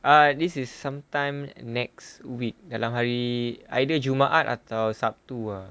uh this is sometime next week dalam hari either jumaat atau sabtu